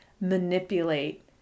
manipulate